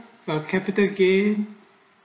ah capital gain